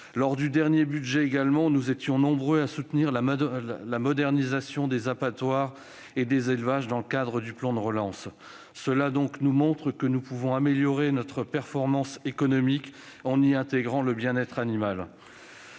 Lors du dernier budget, nous étions nombreux à soutenir la modernisation des abattoirs et des élevages dans le cadre du plan de relance. Cela montre que nous pouvons améliorer notre performance économique en intégrant le bien-être animal.